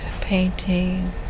painting